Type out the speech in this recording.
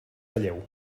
relleu